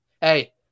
Hey